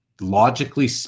logically